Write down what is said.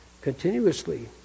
continuously